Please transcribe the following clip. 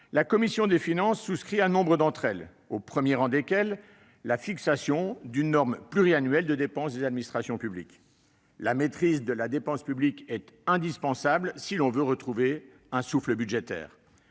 la commission des finances souscrit à nombre d'entre elles, au premier rang desquelles la fixation d'une norme pluriannuelle de dépenses des administrations publiques. La maîtrise de la dépense publique est indispensable si l'on veut retrouver un souffle budgétaire.